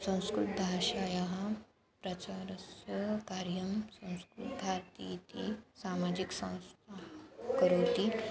संस्कृतभाषायाः प्रचारस्य कार्यं संस्कृतभारती इति सामाजिकसंस्था करोति